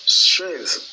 strength